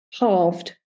halved